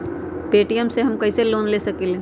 Paytm से हम कईसे लोन ले सकीले?